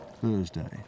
Thursday